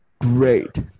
Great